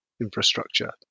infrastructure